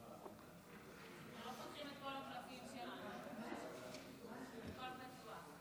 שירות ביטחון (הצבת יוצאי צבא במשטרת ישראל ובשירות בתי הסוהר)